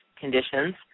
conditions